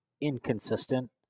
inconsistent